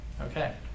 Okay